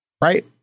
Right